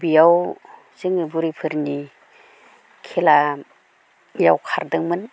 बियाव जोङो बुरैफोरनि खेलायाव खारदोंमोन